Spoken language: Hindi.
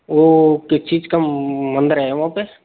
वो किस चीज का मंदिर है वहाँ पे